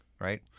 right